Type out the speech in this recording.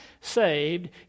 saved